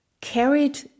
carried